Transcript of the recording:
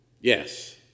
Yes